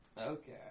okay